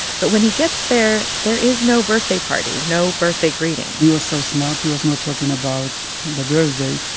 but when he gets there, there is no birthday party, no birthday greeting he was so smart. he was not talking about the birthday.